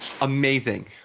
Amazing